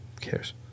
cares